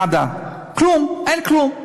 נאדה, כלום, אין כלום,